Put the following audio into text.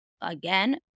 again